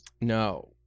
no